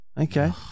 Okay